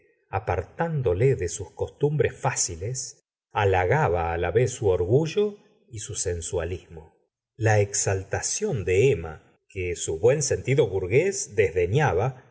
apartándole de sus costumbres fáciles halagaba la vez su orgullo y su sensualismo la exaltación de emma que su buen sentido burgués desdeñaba